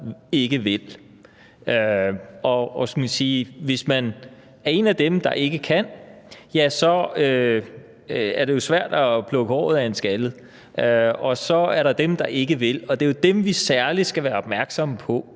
Hvis man er en af dem, der ikke kan, ja, så er det jo svært at plukke håret af en skaldet. Og så er der dem, der ikke vil. Det er jo dem, vi særlig skal være opmærksomme på